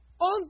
On